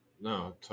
no